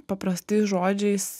paprastais žodžiais